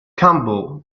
campbell